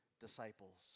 disciples